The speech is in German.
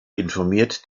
informiert